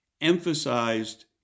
emphasized